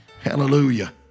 Hallelujah